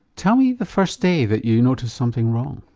tell me the first day that you noticed something wrong.